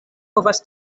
povas